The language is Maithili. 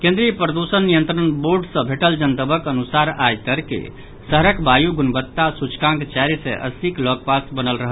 केन्द्रीय प्रदूषण नियंत्रण बोर्ड सॅ भेटल जनतबक अनुसार आइ तड़के शहरक वायु गुणवत्ता सूचकांक चारि सय अस्सीक लऽग पास रहल